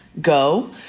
go –